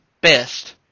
best